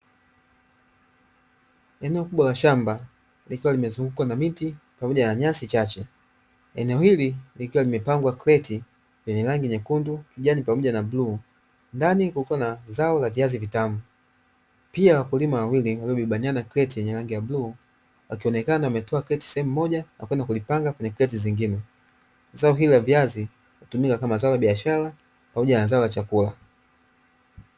Eneo kubwa la shamba, likiwa limezungukwa na miti pamoja na nyasi chache. Eneo hili likiwa limepangwa kreti zenye rangi nyekundu, kijani pamoja na bluu. Ndani kukiwa na zao la viazi vitamu, pia wakulima wawili waliobebaniana kreti lenye rangi ya bluu wakionekana wametoa kreti sehemu moja na kwenda kulipanga kwenye kreti zingine. Zao hili la viazi hutumika kama zao la biashara pamoja na zao la chakula.